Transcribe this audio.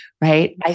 right